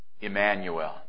Emmanuel